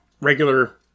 regular